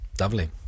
Lovely